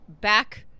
back